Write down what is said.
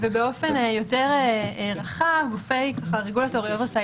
באופן יותר רחב גופי ה-Regulatory Oversight